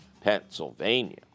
Pennsylvania